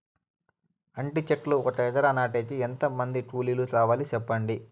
అంటి చెట్లు ఒక ఎకరా నాటేకి ఎంత మంది కూలీలు కావాలి? సెప్పండి?